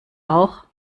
auch